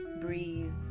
Breathe